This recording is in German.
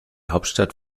hauptstadt